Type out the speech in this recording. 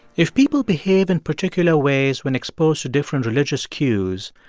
if people behave in particular ways when exposed to different religious cues,